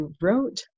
wrote